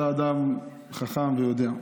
אתה אדם חכם ויודע.